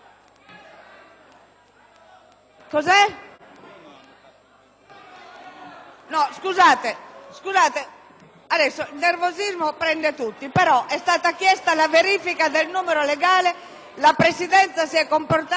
chiusa la verifica. Colleghi, il nervosismo prende tutti, però è stata chiesta la verifica del numero legale e la Presidenza si è comportata in base a tutte le norme regolamentari. Il Senato non è in numero legale.